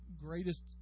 greatest